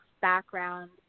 background